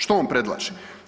Što on predlaže?